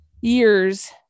years